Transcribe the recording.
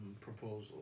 proposal